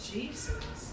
Jesus